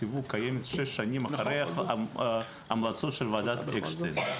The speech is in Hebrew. סיווג קיימת שש שנים אחרי המלצות של וועדת אקשטיין.